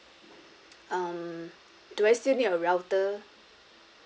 um do I still need a router